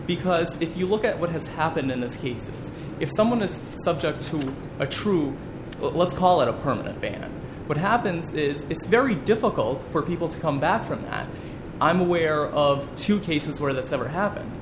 because if you look at what has happened in this case if someone is subject to a true let's call it a permanent ban what happens is it's very difficult for people to come back from that i'm aware of two cases where the sever ha